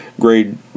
grade